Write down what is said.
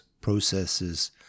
processes